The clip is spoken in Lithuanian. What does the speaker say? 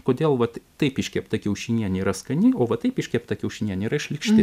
kodėl vat taip iškepta kiaušinienė yra skani o va taip iškepta kiaušinienė yra šlykšti